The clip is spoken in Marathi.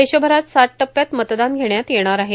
देशभरात सात टप्प्यात मतदान घेण्यात येणार आहे